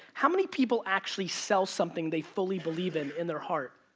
how many people actually sell something they fully believe in in their heart,